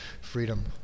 freedom